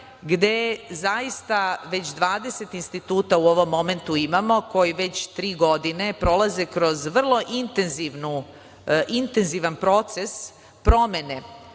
gde zaista već 20 instituta u ovom momentu imamo koji već tri godine prolaze kroz vrlo intenzivan proces promene